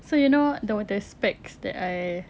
so you know the one of the specs that I